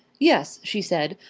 yes, she said,